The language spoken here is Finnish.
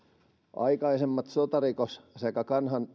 aikaisemmat sotarikos sekä